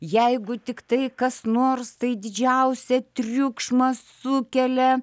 jeigu tiktai kas nors tai didžiausią triukšmą sukelia